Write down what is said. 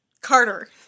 Carter